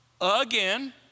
again